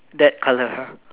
that color !huh!